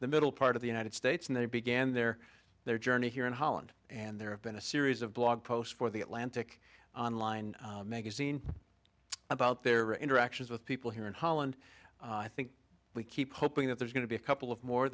the middle part of the united states and they began their their journey here in holland and there have been a series of blog post for the atlantic on line magazine about their interactions with people here in holland and i think we keep hoping that there's going to be a couple of more